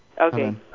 Okay